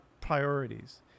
priorities